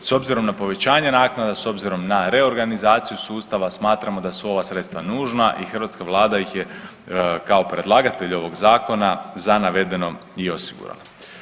S obzirom na povećanje naknada, s obzirom na reorganizaciju sustava smatramo da su ova sredstva nužna i hrvatska Vlada ih je kao predlagatelj ovog zakona za navedeno i osigurala.